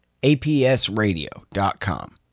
APSradio.com